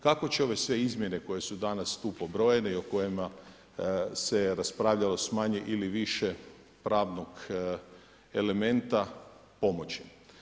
Kako će ove sve izmjene koje su danas tu pobrojene i o kojima se raspravljalo, smanji ili više pravnog elementa pomoći.